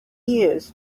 years